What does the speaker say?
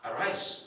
Arise